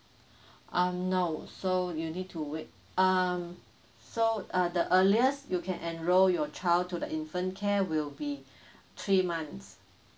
um no so you need to wait um so uh the earliest you can enroll your child to the infant care will be three months